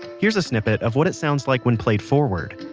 here's a snippet of what it sounds like when played forward